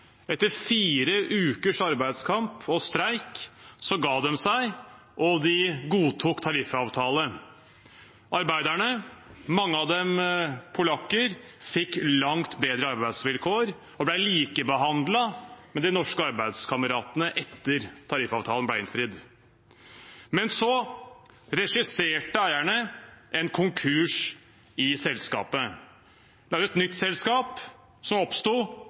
Etter fire ukers arbeidskamp og streik ga de seg og godtok tariffavtale. Arbeiderne, mange av dem polakker, fikk langt bedre arbeidsvilkår og ble likebehandlet med de norske arbeidskameratene etter at tariffavtalen ble innfridd. Men så regisserte eierne en konkurs i selskapet. Et nytt selskap oppsto